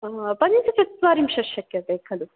पञ्चचत्वारिंशत् शक्यते खलु